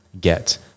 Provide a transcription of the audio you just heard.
get